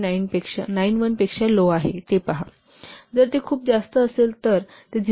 91 पेक्षा लो आहे ते पहा जर ते खूप जास्त असेल तर ते 0